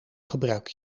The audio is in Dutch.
gebruik